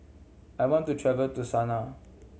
I want to travel to Sanaa